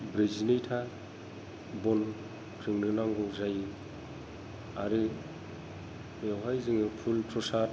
ब्रैजिनैथा बन जोंनो नांगौ जायो आरो बेवहाय जोङो फुल प्रसाद